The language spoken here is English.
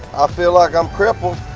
i feel like i'm crippled.